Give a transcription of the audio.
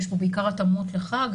יש פה בעיקר התאמות לחג,